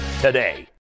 today